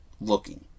looking